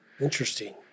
interesting